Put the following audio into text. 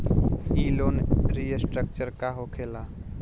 ई loan restructure का होखे ला?